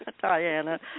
Diana